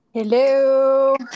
hello